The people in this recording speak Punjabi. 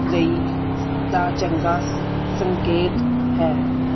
ਲਈ ਦਾ ਚੰਗਾ ਸ ਸੰਕੇਤ ਹੈ